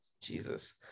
Jesus